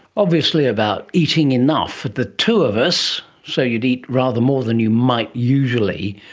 obviously about eating enough for the two of us, so you'd eat rather more than you might usually.